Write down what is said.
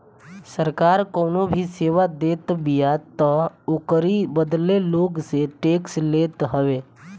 सरकार कवनो भी सेवा देतबिया तअ ओकरी बदले लोग से टेक्स लेत हवे